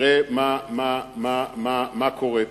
ראה מה קורה פה.